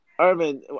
Irvin